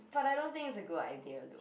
but I don't think it's a good idea though